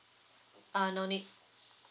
uh no need